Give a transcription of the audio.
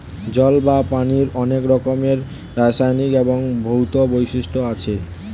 জল বা পানির অনেক রকমের রাসায়নিক এবং ভৌত বৈশিষ্ট্য আছে